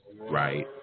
right